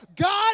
God